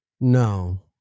no